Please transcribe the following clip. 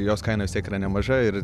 jos kaina vis tiek yra nemaža ir